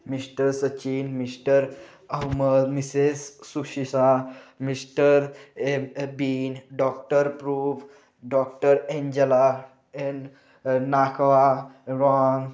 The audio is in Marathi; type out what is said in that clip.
mister Sachin mister Ahmed Mrs सुशिसा मिस्टर ए बीन डॉक्टर प्रूव डॉक्टर एनंजला एन नाकवा रॉन